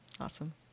awesome